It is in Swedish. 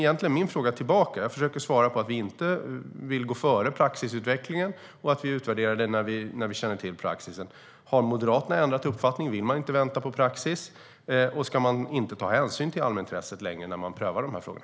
Jag försöker svara och säga att vi inte vill gå före praxisutvecklingen och att vi utvärderar när vi känner till praxis. Har Moderaterna ändrat uppfattning? Vill man inte vänta på praxis? Ska man inte längre ta hänsyn till allmänintresset när man prövar de här frågorna?